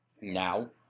now